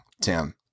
Tim